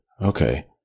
Okay